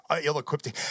ill-equipped